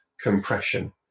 compression